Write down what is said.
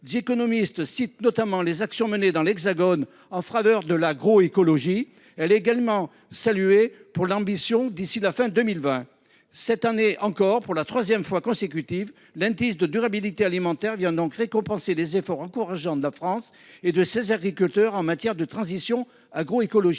des sols, cite notamment les actions menées dans l’Hexagone en faveur de l’agroécologie. Est également saluée notre ambition de sortir du glyphosate d’ici à la fin de 2020. Cette année encore, pour la troisième fois consécutive, l’indice de durabilité alimentaire vient donc récompenser les efforts encourageants de la France et de ses agriculteurs en matière de transition agroécologique.